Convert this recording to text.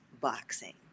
boxing